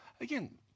Again